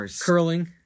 Curling